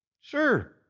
Sure